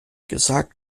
gesagt